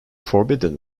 forbidden